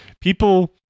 People